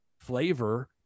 flavor